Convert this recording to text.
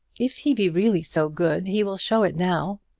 if he be really so good he will show it now.